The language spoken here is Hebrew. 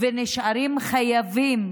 נשארים חייבים